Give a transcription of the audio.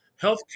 Healthcare